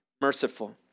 merciful